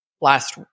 last